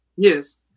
Yes